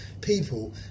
people